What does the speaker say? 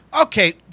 Okay